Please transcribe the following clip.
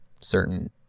certain